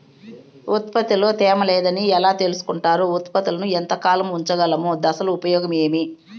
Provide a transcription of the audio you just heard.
ఉత్పత్తి లో తేమ లేదని ఎలా తెలుసుకొంటారు ఉత్పత్తులను ఎంత కాలము ఉంచగలము దశలు ఉపయోగం ఏమి?